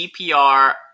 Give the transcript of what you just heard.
CPR